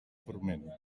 forment